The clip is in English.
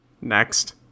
Next